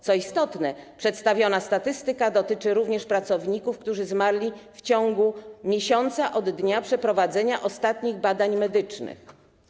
Co istotne, przedstawiona statystyka dotyczy również pracowników, którzy zmarli w ciągu miesiąca od dnia przeprowadzenia ostatnich badań medycznych.